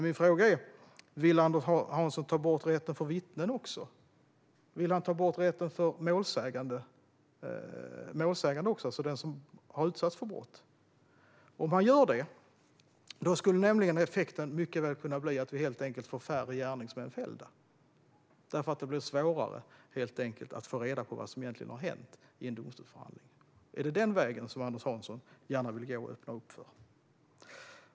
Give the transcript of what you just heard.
Min fråga är: Vill Anders Hansson ta bort rätten för vittnen och målsägande - den som har utsatts för brott - också? Om man gör detta skulle effekten nämligen mycket väl kunna bli att vi får färre gärningsmän fällda, helt enkelt därför att det blir svårare i en domstolsförhandling att få reda på vad som egentligen hänt. Är det den vägen som Anders Hansson gärna vill öppna upp för?